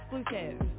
exclusive